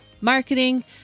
marketing